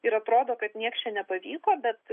ir atrodo kad nieks čia nepavyko bet